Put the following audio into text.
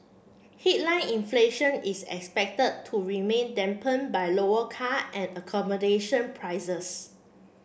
headline inflation is expected to remain dampen by lower car and accommodation prices